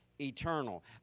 eternal